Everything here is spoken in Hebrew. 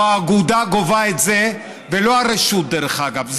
או האגודה גובה את זה ולא הרשות, דרך אגב.